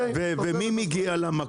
ומי מגיע למכולת?